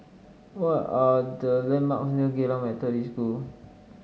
what are the landmark Geylang Methodist School